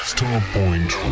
Starpoint